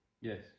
yes